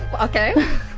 Okay